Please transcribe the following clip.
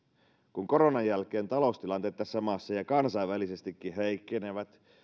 kun koronan jälkeen taloustilanteet tässä maassa ja kansainvälisestikin heikkenevät